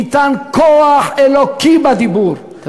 ניתן כוח אלוקי בדיבור,